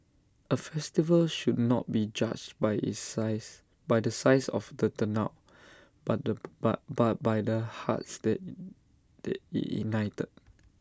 A festival should not be judged by the size by the size of the turnout but by by the hearts that that IT ignited